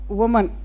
woman